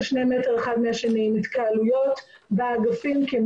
שני מטר בין אחד לאחר עם התקהלויות באגפים כי הם